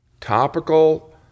topical